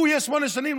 הוא יהיה שמונה שנים?